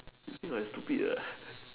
you think I stupid ah